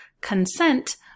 consent